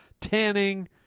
tanning